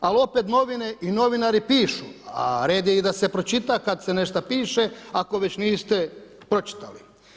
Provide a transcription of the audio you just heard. Ali opet novine i novinari pišu, a red je da se pročita kada se nešta piše ako već niste pročitali.